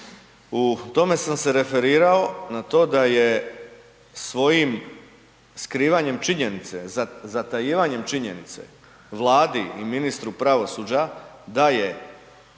U tome sam se referirao na to da je svojim skrivanjem činjenice, zatajivanjem činjenice Vladi i ministru pravosuđa da je